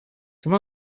come